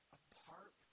apart